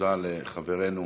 תודה לחברינו